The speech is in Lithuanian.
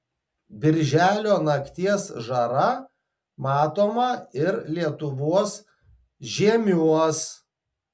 birželio nakties žara matoma ir lietuvos žiemiuos